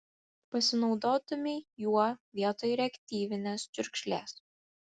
pasinaudotumei juo vietoj reaktyvinės čiurkšlės